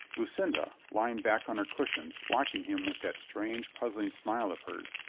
lucinda, lying back on her cushions watching him with that strange, puzzling smile of hers,